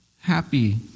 happy